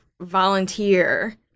volunteer